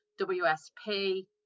WSP